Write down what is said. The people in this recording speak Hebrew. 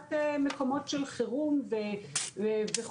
לעומת מקומות של חירום וכולי.